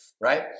Right